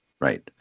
Right